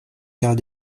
quarts